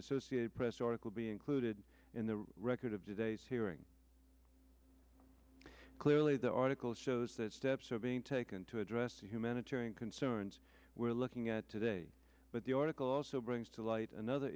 associated press article be included in the record of today's hearing clearly the article shows that steps are being taken to address the humanitarian concerns we're looking at today but the article also brings to light another